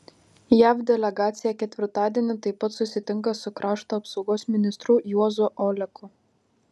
jav delegacija ketvirtadienį taip pat susitinka su krašto apsaugos ministru juozu oleku